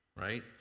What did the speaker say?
right